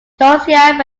josiah